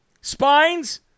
spines